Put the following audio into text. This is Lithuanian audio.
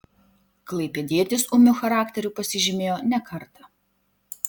klaipėdietis ūmiu charakteriu pasižymėjo ne kartą